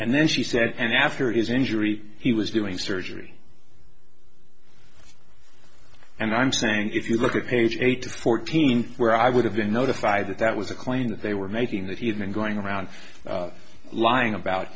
and then she said and after his injury he was doing surgery and i'm saying if you look at page eight hundred fourteen where i would have been notified that that was a claim that they were making that he had been going around lying